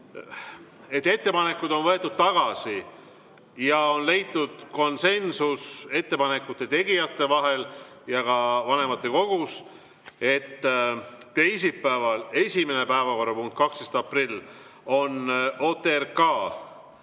et ettepanekud on võetud tagasi ja on leitud konsensus ettepanekute tegijate vahel ja ka vanematekogus, et teisipäeval, 12. aprillil esimene päevakorrapunkt on OTRK.